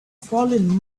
fallen